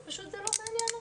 פשוט זה לא מעניין אותה.